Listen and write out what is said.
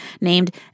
named